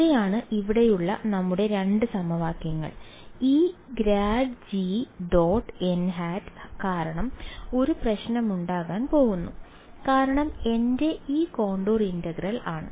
ഇവയാണ് ഇവിടെയുള്ള നമ്മുടെ രണ്ട് സമവാക്യങ്ങൾ ഈ grad G dot N hat കാരണം ഒരു പ്രശ്നമുണ്ടാകാൻ പോകുന്നു കാരണം എന്റെ ഈ കോണ്ടൂർ ഇന്റഗ്രൽ ആണ്